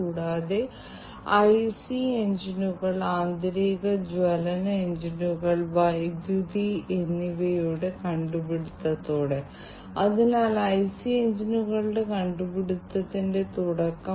അതിനാൽ നിങ്ങൾ കൽക്കരി ഖനനം ചെയ്യുകയാണെന്ന് നമുക്ക് പറയാം ഖനനം നടന്ന സ്ഥലത്തിന് മുകളിലുള്ള പാളികളോ മേൽക്കൂരയോ തകർന്നേക്കാം